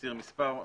להסיר מספר דרישות.